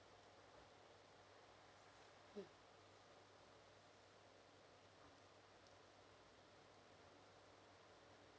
hmm